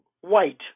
white